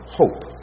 hope